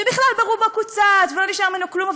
שבכלל רובו קוצץ ולא נשאר ממנו כלום,